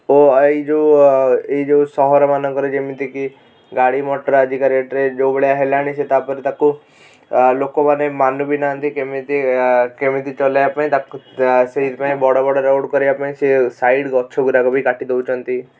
ଓ ଏଇ ଯେଉଁ ଏଇ ଯେଉଁ ସହରମାନଙ୍କରେ ଯେମିତି କି ଗାଡ଼ି ମଟର ଆଜିକା ରେଟ୍ରେ ଯେଉଁ ଭଳିଆ ହେଲାଣି ସେ ତା'ପରେ ତାକୁ ଲୋକମାନେ ମାନୁ ବି ନାହାନ୍ତି କେମିତି କେମିତି ଚଲାଇବା ପାଇଁ ତାକୁ ସେଇଥିପାଇଁ ବଡ଼ ବଡ଼ ରୋଡ଼୍ କରିବା ପାଇଁ ସିଏ ସାଇଡ଼୍ ଗଛଗୁଡ଼ାକ ବି କାଟି ଦଉଛନ୍ତି